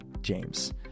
James